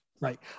Right